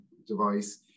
device